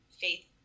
faith